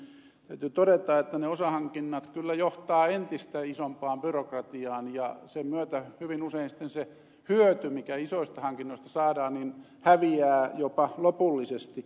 täytyy todeta että ne osahankinnat kyllä johtavat entistä isompaan byrokratiaan ja sen myötä hyvin usein sitten se hyöty mikä isoista hankinnoista saadaan häviää jopa lopullisesti